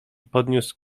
podniósł